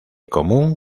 común